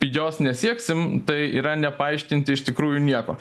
pigios nesieksim tai yra nepaaiškinti iš tikrųjų nieko